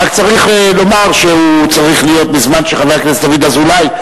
רק צריך לומר שהוא צריך להיות בזמן שיציג חבר הכנסת דוד אזולאי,